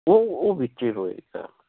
ਉਹ ਉਹ ਵਿੱਚ ਹੀ ਹੋਏਗਾ